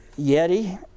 Yeti